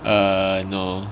err no